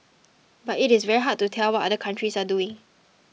but it is very hard to tell what other countries are doing